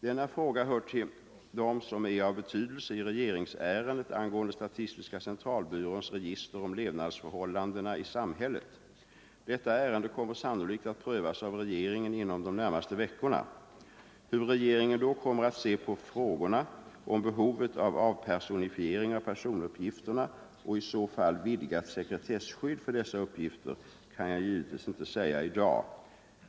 Denna fråga hör till dem som är av betydelse i regeringsärendet angående statistiska centralbyråns register om levnadsförhållandena i samhället. Detta ärende kommer sannolikt att prövas av regeringen inom de närmaste veckorna. Hur regeringen då kommer att se på frågorna om behovet av avpersonifiering av personuppgifterna och i så fall vidgat sekretesskydd för dessa uppgifter kan jag givetvis inte säga i dag.